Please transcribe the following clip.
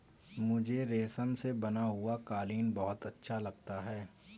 मुझे रेशम से बना हुआ कालीन बहुत अच्छा लगता है